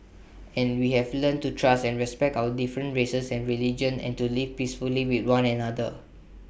and we have learnt to trust and respect our different races and religions and to live peacefully with one another